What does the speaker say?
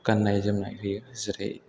गान्नाय जोमनाय होयो जेरै